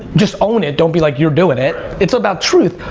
just own it. don't be like, you're doing it. it's about truth.